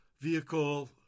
vehicle